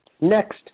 Next